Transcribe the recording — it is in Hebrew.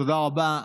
תודה רבה.